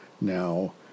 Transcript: Now